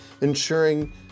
ensuring